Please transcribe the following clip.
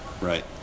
right